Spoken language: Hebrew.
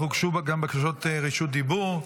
אך הוגשו בקשות רשות דיבור.